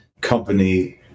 company